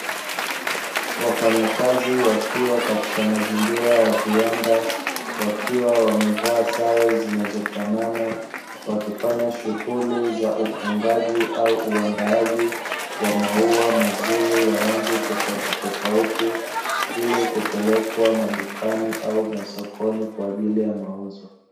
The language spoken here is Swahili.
Wafanyakazi wakiwa katika mazingira ya viwanda wakiwa wamevaa sare zinazofanana, wakifanya shughuli za ufungaji au uandaaji wa maua mazuri ya rangi tofautitofauti; ili kupelekwa madukani au sokoni kwa ajili ya mauzo.